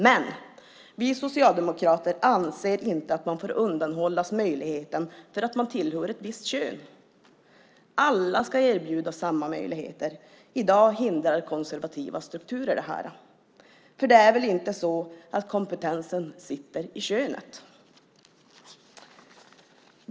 Men vi socialdemokrater anser inte att man får undanhållas möjligheten för att man tillhör ett visst kön. Alla ska erbjudas samma möjligheter. I dag hindrar konservativa strukturer det här. För det är väl inte så att kompetensen sitter i könet?